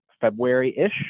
February-ish